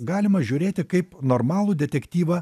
galima žiūrėti kaip normalų detektyvą